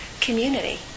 community